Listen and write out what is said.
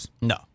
No